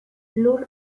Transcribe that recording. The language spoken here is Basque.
lur